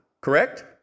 correct